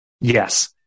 yes